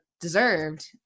deserved